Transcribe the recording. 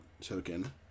token